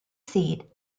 seat